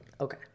Okay